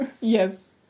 Yes